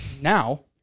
now